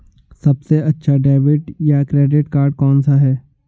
सबसे अच्छा डेबिट या क्रेडिट कार्ड कौन सा है?